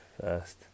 first